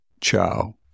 ciao